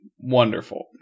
Wonderful